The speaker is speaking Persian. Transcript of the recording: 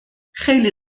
خیلی